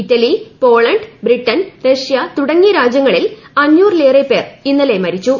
Italy Poland Britain Russia തുടങ്ങിയ രാജ്യങ്ങളിൽ അഞ്ഞൂറിലേറെ പേർ ഇന്നലെ മരിച്ചു